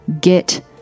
Get